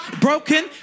broken